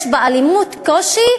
יש באלימות קושי,